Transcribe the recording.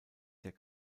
der